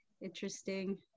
interesting